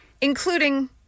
including